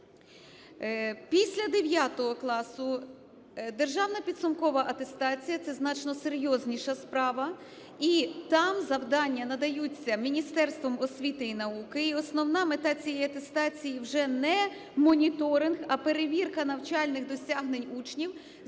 Після 9 класу державна підсумкова атестація – це значно серйозніша справа, і там завдання надаються Міністерством освіти і науки. І основна мета цієї атестації вже не моніторинг, а перевірка навчальних досягнень учнів,